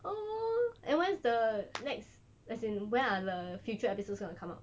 oh and when's the next as in when are the future episodes gonna come out every night